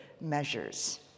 measures